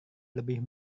lebih